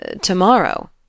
Tomorrow